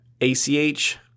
ACH